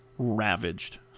ravaged